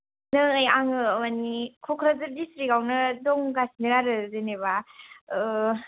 नै आङो मानि क'क्राझार डिस्ट्रिकआवनो दंगासिनो आरो जेनेबा